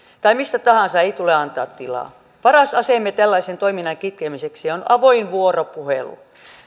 tai mistä tahansa ei tule antaa tilaa paras aseemme tällaisen toiminnan kitkemiseksi on avoin vuoropuhelu